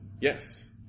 Yes